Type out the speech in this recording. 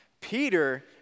Peter